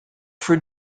for